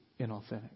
inauthentic